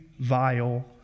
vile